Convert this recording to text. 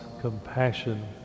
compassion